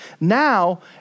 Now